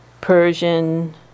Persian